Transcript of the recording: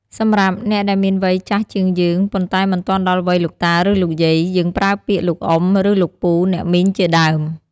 សម្រាប់អ្នកដែលមានវ័យចាស់ជាងយើង ប៉ុន្តែមិនទាន់ដល់វ័យលោកតាឬលោកយាយ យើងប្រើពាក្យ លោកអ៊ុំ ឬ លោកពូអ្នកមីងជាដើម។